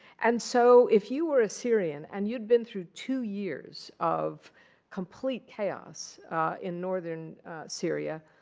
and so if you were a syrian and you'd been through two years of complete chaos in northern syria,